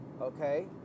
okay